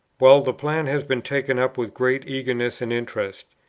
well, the plan has been taken up with great eagerness and interest.